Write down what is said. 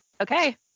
Okay